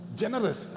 generous